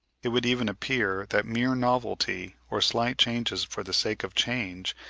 it would even appear that mere novelty, or slight changes for the sake of change,